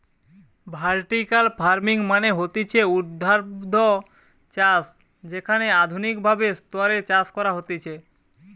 vertical farming মানে হতিছে ঊর্ধ্বাধ চাষ যেখানে আধুনিক ভাবে স্তরে চাষ করা হতিছে